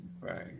Right